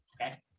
Okay